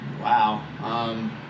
Wow